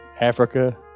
Africa